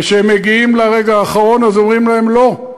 וכשהם מגיעים לרגע האחרון אז אומרים להם: לא,